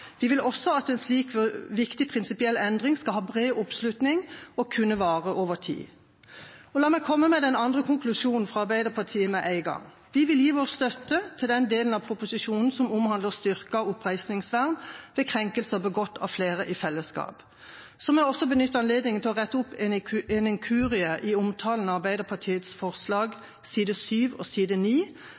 Vi vil også at en slik viktig prinsipiell endring skal ha bred oppslutning og kunne vare over tid. La meg komme med den andre konklusjonen fra Arbeiderpartiet med en gang: Vi vil gi vår støtte til den delen av proposisjonen som omhandler styrket oppreisningsvern ved krenkelser begått av flere i fellesskap. Så vil jeg også benytte anledningen til å rette opp en inkurie i omtalen av Arbeiderpartiets forslag, side 7 og side